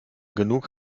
genug